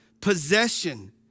possession